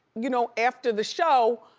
you know, after the show,